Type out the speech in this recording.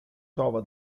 trova